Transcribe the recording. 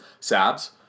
Sabs